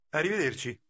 Arrivederci